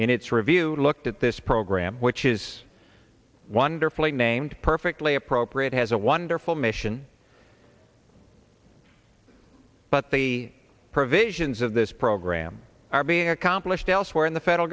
in its review looked at this program which is wonderfully named perfectly appropriate has a wonderful mission but the provisions of this program are being accomplished elsewhere in the federal